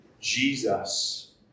Jesus